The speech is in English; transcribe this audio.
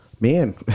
man